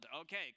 Okay